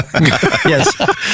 yes